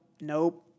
nope